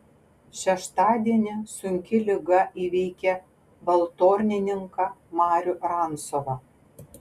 šeštadienį sunki liga įveikė valtornininką marių rancovą